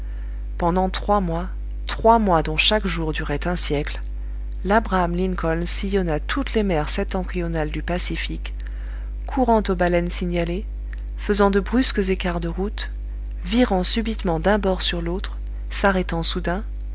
pendant trois mois trois mois dont chaque jour durait un siècle labraham lincoln sillonna toutes les mers septentrionales du pacifique courant aux baleines signalées faisant de brusques écarts de route virant subitement d'un bord sur l'autre s'arrêtant soudain